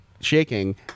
shaking